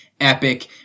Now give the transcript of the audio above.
epic